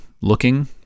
looking